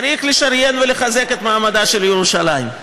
צריך לשריין ולחזק את מעמדה של ירושלים.